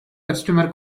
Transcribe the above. customer